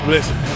Listen